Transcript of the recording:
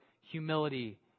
humility